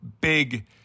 big